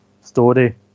story